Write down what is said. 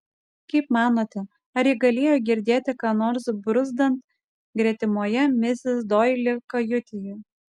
kaip manote ar ji galėjo girdėti ką nors bruzdant gretimoje misis doili kajutėje